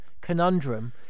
conundrum